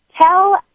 tell